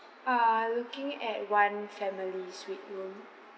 uh looking at one family suite room